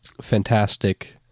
Fantastic